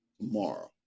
tomorrow